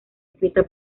escrita